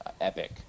epic